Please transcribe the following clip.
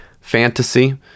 fantasy